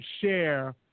share